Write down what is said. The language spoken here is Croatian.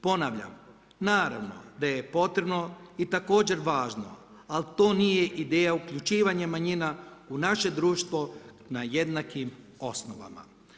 Ponavljam, naravno da je potrebno i također važno, ali to nije ideja uključivanjem manjina u naše društvo na jednakim osnovama.